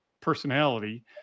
personality